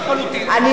אני לא,